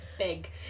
Big